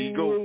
go